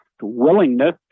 willingness